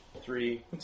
Three